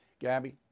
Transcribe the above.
Gabby